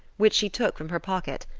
which she took from her pocket,